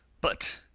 but,